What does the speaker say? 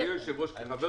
אדוני היושב-ראש, כחבר